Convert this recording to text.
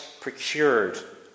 procured